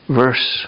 verse